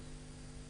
לפחות.